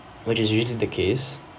which is usually the case